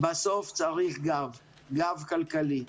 בסוף, צריך גב, גב כלכלי.